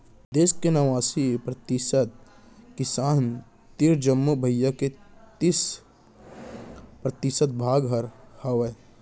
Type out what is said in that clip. देस के नवासी परतिसत किसान तीर जमो भुइयां के तीस परतिसत भाग हर हावय